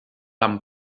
amb